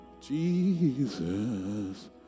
Jesus